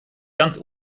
ganz